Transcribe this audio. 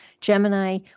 Gemini